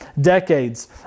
decades